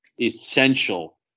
essential